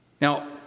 Now